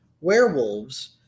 werewolves